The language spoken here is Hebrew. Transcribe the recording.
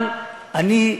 אבל אני,